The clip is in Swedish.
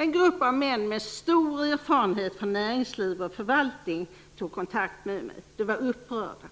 En grupp av män med stor erfarenhet från näringsliv och förvaltning tog kontakt med mig. De var upprörda.